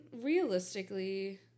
realistically